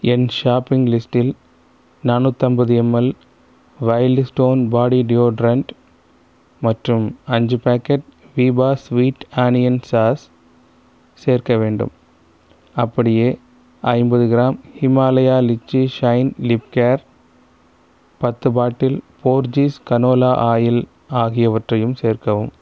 என் shopping லிஸ்ட்டில் நானூற்றைம்பது ML Wild Stone body deodorant மற்றும் அஞ்சு packet Veeba sweet onion sauce சேர்க்க வேண்டும் அப்படியே ஐம்பது gram Himalaya lychee shine lip care பத்து பாட்டில் போர்ஜீஸ் கனோலா ஆயில் ஆகியவற்றையும் சேர்க்கவும்